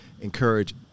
encourage